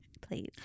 please